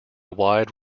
wide